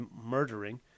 murdering